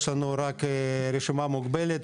יש לנו רק רשימה מוגבלת,